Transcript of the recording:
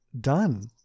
done